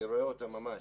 אני רואה אותם ממש.